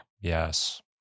Yes